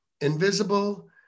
invisible